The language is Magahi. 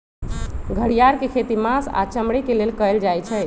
घरिआर के खेती मास आऽ चमड़े के लेल कएल जाइ छइ